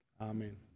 Amen